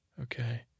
okay